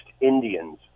Indians